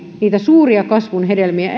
niitä suuria kasvun hedelmiä